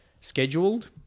scheduled